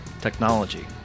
Technology